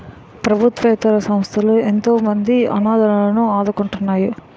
ప్రభుత్వేతర సంస్థలు ఎంతోమంది అనాధలను ఆదుకుంటున్నాయి